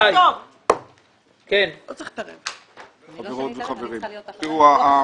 כל כך הרבה והיא אומרת לי שזה מה שזה עולה לה.